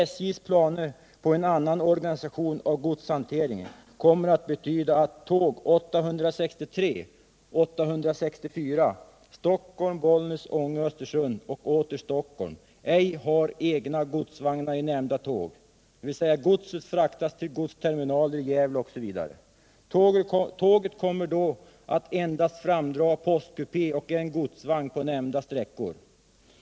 SJ:s planer på en annan organisation av godshanteringen kommer att betyda att tåg 863-864 Stockholm-Bollnäs-Ånge-Östersund och åter till Stockholm ej har egna godsvagnar i nämnda tåg; godset fraktas till godsterminaler i Gävle osv. Tåget kommer då att endast framdra en postkupé och en godsvagn på sträckorna.